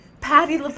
Patty